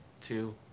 two